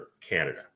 Canada